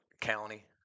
County